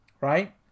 right